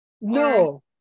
No